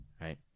right